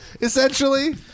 Essentially